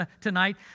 tonight